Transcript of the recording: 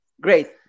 great